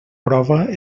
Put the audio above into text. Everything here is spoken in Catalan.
prova